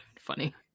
funny